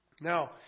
Now